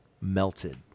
melted